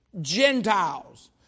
Gentiles